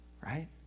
right